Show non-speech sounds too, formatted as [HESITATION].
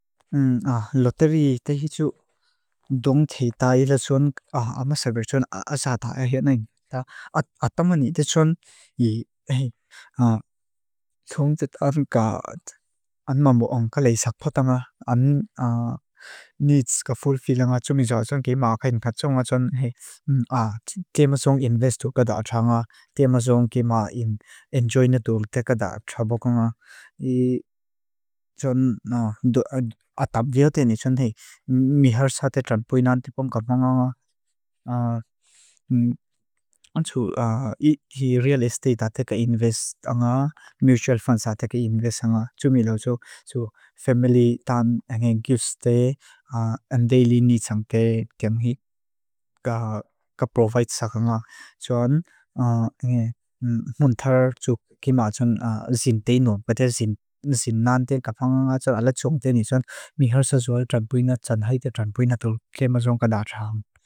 [HESITATION] Loterí tehi tsu duang thei tái la tsu áma sáver tsu ásá tái áhí ánein. Át ámá níite tsu án [HESITATION] [UNINTELLIGIBLE] maamu áng ka léi sákpá tánga. Án [HESITATION] needs ka fulfilling áng tsúmi zái tsu ké maa káinpát tsú áng tse. [HESITATION] Té maa tsu áng investú kada átá ángá. Té maa tsu áng ké maa enjoying átú lute kada átá átá bóká ángá. [HESITATION] Tsun [HESITATION] átá bíote ní tsun hei. Mí har sáté tranpúinan típum kapá ángá. [HESITATION] Án tsu real estate áté ka invest ángá. Mutual funds áté ka invest ángá. Tsúmi ló tsú. Tsu family tán ángé gifts té. Án daily needs ángke kém hík [HESITATION] ka provide sák ángá. Tsun [HESITATION] mun tár tsú ké maa tsú zintéinu. Paté zintán té kapá ángá tsú alatsóng té ní tsun. Mí har sá tsú hei tranpúinan tsan hei té tranpúinan tú. Ké maa tsú ángka dátá áng.